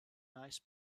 nice